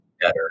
better